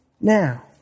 now